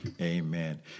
Amen